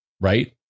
right